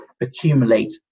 accumulate